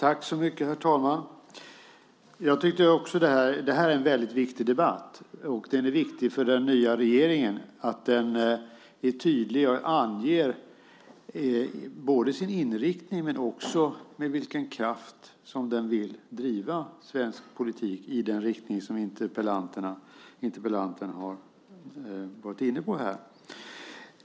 Herr talman! Det här är en väldigt viktig debatt, och det är viktigt för den nya regeringen att den är tydlig och anger både sin inriktning och med vilken kraft som den vill driva svensk politik i den riktning som interpellanten har varit inne på här.